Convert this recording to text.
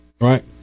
right